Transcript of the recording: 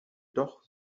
doch